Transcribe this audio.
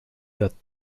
datent